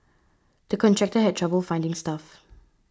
the contractor had trouble finding staff